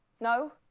no